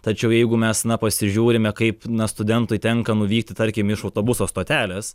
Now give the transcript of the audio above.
tačiau jeigu mes na pasižiūrime kaip na studentui tenka nuvykt tarkim iš autobuso stotelės